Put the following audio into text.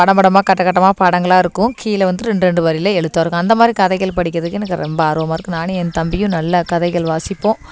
படம் படம்மாக கட்டக்கட்டமாக படங்களாக இருக்கும் கீழே வந்துட்டு ரெண்டு ரெண்டு வரியில எழுத்தாக இருக்கும் அந்த மாதிரி கதைகள் படிக்கிறதுக்கு எனக்கு ரொம்ப ஆர்வமாக இருக்கும் நானும் என் தம்பியும் நல்லா கதைகள் வாசிப்போம்